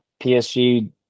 PSG